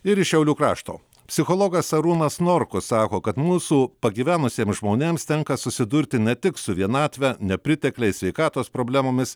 ir iš šiaulių krašto psichologas arūnas norkus sako kad mūsų pagyvenusiem žmonėms tenka susidurti ne tik su vienatve nepritekliais sveikatos problemomis